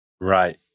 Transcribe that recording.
Right